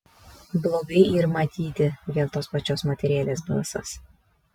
blogai yr matyti vėl tos pačios moterėlės balsas